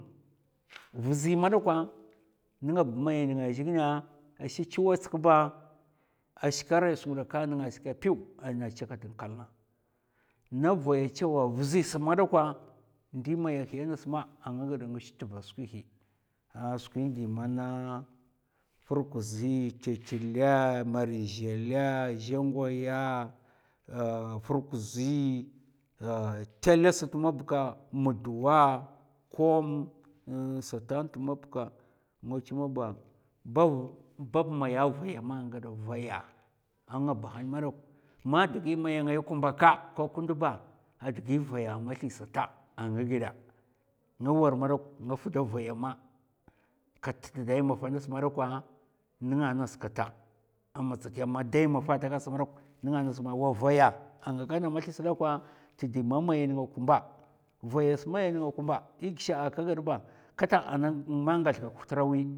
Vzè madakwa nènga ba maya na zhèghinè a sa chi watsak ba, a shiks ara skwi ghidè kèkkè nènga skè pèw ana cè kat kalna. na vaya chaw wa a vzisa mada kwa, ndi maya ngas ma a nga ghad tva skwi hi, a skwi ɗi man na furkuzi, tèttulè, marizhèlè, a zhgwaya a furkuzi, tèlè sat mab ka muduwa. kom satan nta mab ka nga chu maba bab maya vaya ma a nga nghada vaya a nga bahan madawk, man digi maya ngaya kumba ka ko kndo ba a digi vaya mathiga sata a nga ghadè nga war madawk, nga fda vaya ma kat ta day mafa nas madakwa nènga ngas kata, amatsakiya ma dai mafa ata ghads dawk nènga ngas ma wa vaya a nga gana mathi sa dakwa tdi man maya nènga kumba vayas maya nènga kumba i gèshè'a ka ghaɗ ba kata ana ma ngath kak htur awi,